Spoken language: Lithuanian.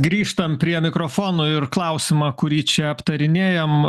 grįžtam prie mikrofonų ir klausimą kurį čia aptarinėjam